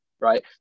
right